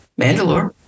Mandalore